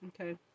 Okay